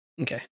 Okay